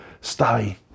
stay